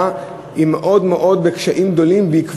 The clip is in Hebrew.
היא התמודדות עם קשיים גדולים מאוד מאוד,